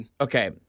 Okay